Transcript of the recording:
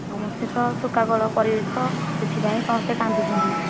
ସମସ୍ତେ ତ ଶୋକାକୋଳ ପରିବେଶ ସେଥିପାଇଁ ସମସ୍ତେ କାନ୍ଦୁଛନ୍ତି